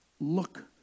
Look